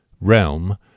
Realm